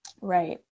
Right